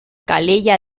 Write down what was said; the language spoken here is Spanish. calella